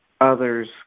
others